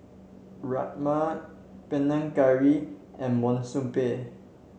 Rajma Panang Curry and Monsunabe